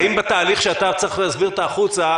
האם בתהליך שאתה צריך להסביר החוצה,